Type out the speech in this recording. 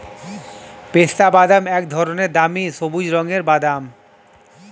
পেস্তাবাদাম এক ধরনের দামি সবুজ রঙের বাদাম